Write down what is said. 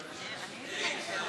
המשותפת